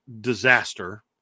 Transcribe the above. disaster